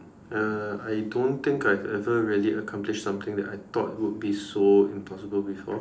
uh I don't think I ever really accomplished something that I thought would be so impossible before